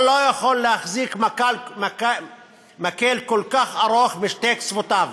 אתה לא יכול להחזיק מקל כל כך ארוך בשני קצותיו,